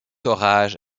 orage